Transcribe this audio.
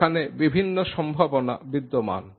এখানে বিভিন্ন সম্ভাবনা বিদ্যমান